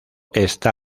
está